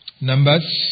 Numbers